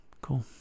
cool